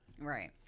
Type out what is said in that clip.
right